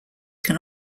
can